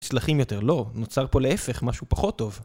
סלחים יותר לא, נוצר פה להפך משהו פחות טוב